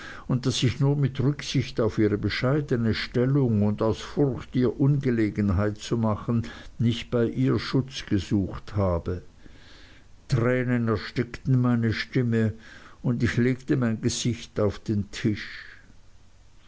und daß ich nur mit rücksicht auf ihre bescheidene stellung und aus furcht ihr ungelegenheiten zu machen nicht bei ihr schutz gesucht habe tränen erstickten meine stimme und ich legte mein gesicht auf den tisch